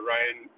Ryan